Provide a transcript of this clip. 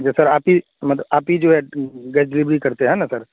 یہ سر آپ ہی آپ ہی جو ہے گھر ڈلیوری کرتے ہیں نا سر